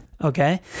Okay